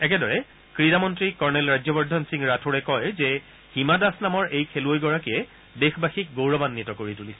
একেদৰে ক্ৰীড়া মন্ত্ৰী কৰ্ণেল ৰাজ্যবৰ্ধন সিং ৰাথোড়ে কয় যে হিমা দাস নামৰ এই খেলুৱৈগৰাকীয়ে দেশবাসীক গৌৰৱান্নিত কৰি তুলিছে